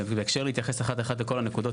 בהקשר להתייחס אחת אחת לכל הנקודות,